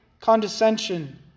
condescension